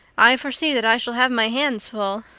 i foresee that i shall have my hands full.